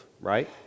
right